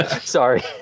Sorry